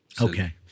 Okay